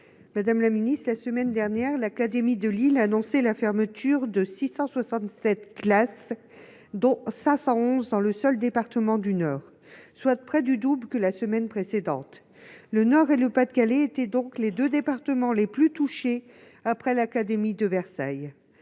Madame la secrétaire d'État, la semaine dernière, l'académie de Lille annonçait la fermeture de 667 classes, dont 511 dans le seul département du Nord, soit près du double par rapport à la semaine précédente. Le Nord et le Pas-de-Calais étaient les deux départements les plus touchés après l'académie de Versailles.